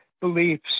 beliefs